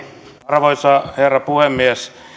arvoisa herra puhemies